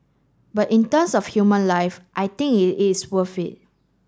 but in terms of human life I think it is worth it